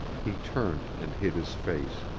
he turned and hid his face.